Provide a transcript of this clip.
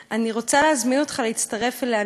אני רוצה להזמין אותך להצטרף אליה,